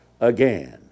again